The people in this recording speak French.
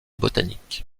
botanique